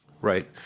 Right